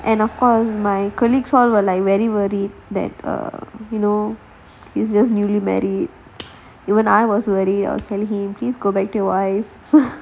and of course my colleagues all were like very worried that err you know it's just newly married even I also tell him please go back to your wife